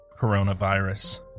coronavirus